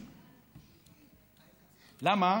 למה?